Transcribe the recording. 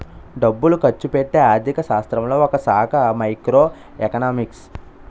డబ్బులు ఖర్చుపెట్టే ఆర్థిక శాస్త్రంలో ఒకశాఖ మైక్రో ఎకనామిక్స్